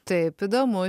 taip įdomu